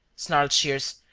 snarled shears.